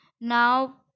Now